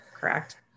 Correct